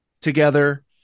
together